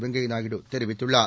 வெங்கய்யா நாயுடு தெரிவித்துள்ளார்